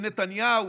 שנתניהו